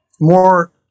more